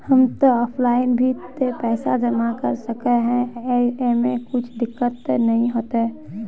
हम ते ऑफलाइन भी ते पैसा जमा कर सके है ऐमे कुछ दिक्कत ते नय न होते?